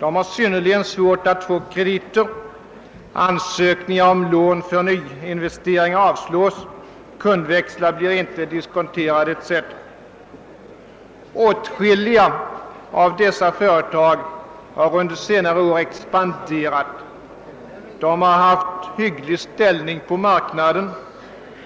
De har synnerligen svårt att få kredit, ansökningar om lån för nyinvesteringar avslås, kundväxlar blir inte diskonterade etc. Åtskilliga av dessa företag har under senare år expanderat och haft en hygglig ställning på marknaden,